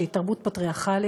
שהיא תרבות פטריארכלית,